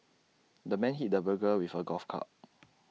the man hit the burglar with A golf club